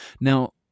Now